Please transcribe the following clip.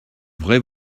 vraie